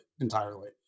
entirely